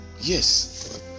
Yes